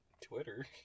Twitter